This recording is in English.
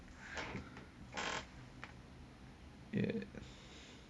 ya